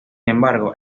embargo